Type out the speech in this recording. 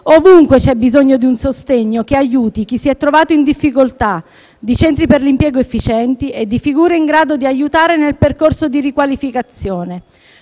Ovunque c'è bisogno di un sostegno che aiuti chi si è trovato in difficoltà, di centri per l'impiego efficienti e di figure in grado di aiutare nel percorso di riqualificazione.